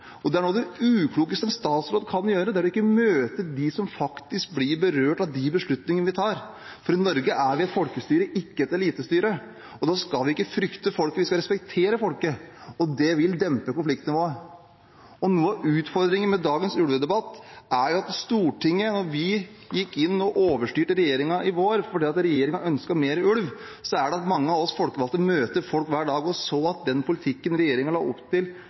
Helgesen ikke gjort. Noe av det uklokeste en statsråd kan gjøre, er å ikke møte dem som faktisk blir berørt av de beslutningene vi tar, for i Norge har vi et folkestyre, ikke et elitestyre. Da skal vi ikke frykte folket, vi skal respektere folket, og det vil dempe konfliktnivået. Noe av utfordringen med dagens ulvedebatt er at vi i Stortinget gikk inn og overstyrte regjeringen i vår, fordi regjeringen ønsket mer ulv. Så er det sånn at mange av oss folkevalgte møter folk hver dag, og vi så at den politikken regjeringen la opp til,